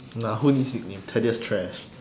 nah who needs nicknames thaddeus trash